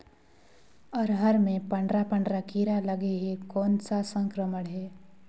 अरहर मे पंडरा पंडरा कीरा लगे हे कौन सा संक्रमण हे?